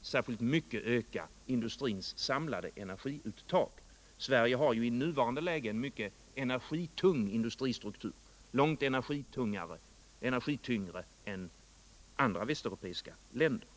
särskilt mycket öka industrins samlade energiuttag. Sverige har ju i nuvarande läge en mycket energitung industristruktur, långt mer energitung än andra västeuropeiska länder.